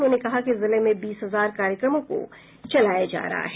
उन्होंने कहा कि जिले में बीस हजार कार्यक्रमों को चलाया जा रहा है